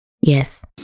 Yes